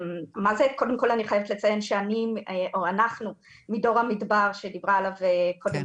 קודם כול אני חייבת לציין שאנחנו מדור המדבר שדיברה עליו קודם